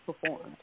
performed